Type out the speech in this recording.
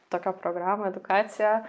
tokią programą edukaciją